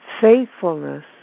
Faithfulness